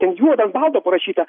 ten juoda ant balto parašyta